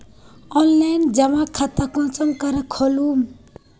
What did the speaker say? Online जमा खाता कुंसम करे खोलूम?